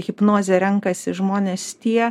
hipnozę renkasi žmonės tie